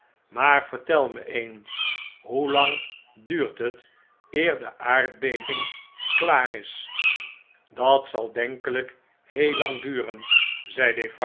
maar vertel me eens hoelang duurt het eer de aardbeving klaar is dat zal denkelgk heel lang duren